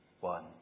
one